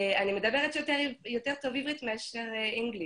אני מדברת יותר טוב עברית מאשר אנגלית,